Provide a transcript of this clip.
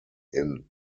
hin